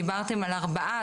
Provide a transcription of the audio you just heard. דיברתם על ארבעה.